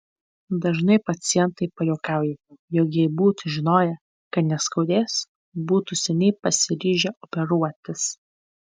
dažnai pacientai pajuokauja jog jei būtų žinoję kad neskaudės būtų seniai pasiryžę operuotis